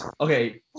Okay